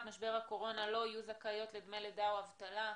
משבר הקורונה לא יהיו זכאיות לדמי לידה או אבטלה.